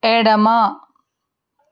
ఎడమ